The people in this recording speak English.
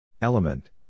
Element